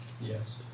yes